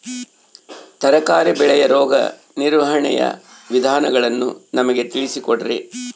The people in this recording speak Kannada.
ತರಕಾರಿ ಬೆಳೆಯ ರೋಗ ನಿರ್ವಹಣೆಯ ವಿಧಾನಗಳನ್ನು ನಮಗೆ ತಿಳಿಸಿ ಕೊಡ್ರಿ?